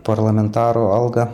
parlamentaro algą